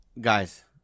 Guys